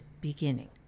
beginning